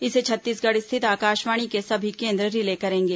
इसे छत्तीसगढ़ स्थित आकाशवाणी के सभी केंद्र रिले करेंगे